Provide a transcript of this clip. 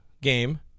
game